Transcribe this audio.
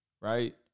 right